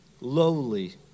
Lowly